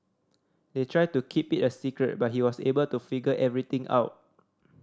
they tried to keep it a secret but he was able to figure everything out